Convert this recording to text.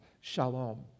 shalom